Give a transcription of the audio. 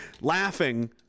Laughing